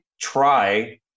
try